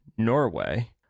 Norway